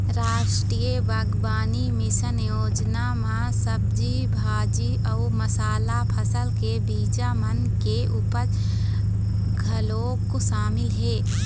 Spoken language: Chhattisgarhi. रास्टीय बागबानी मिसन योजना म सब्जी भाजी अउ मसाला फसल के बीजा मन के उपज घलोक सामिल हे